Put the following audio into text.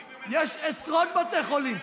מי מימן, יש עשרות בתי חולים.